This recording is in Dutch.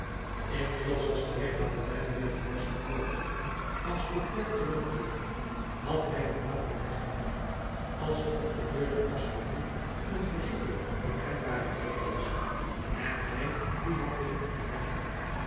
inmiddels was de heer madeleine weer te huis gekomen van scaufflaire terugkeerende had hij een langeren weg genomen alsof de deur der pastorie een verzoeking voor hem ware geweest en hij die had willen ontwijken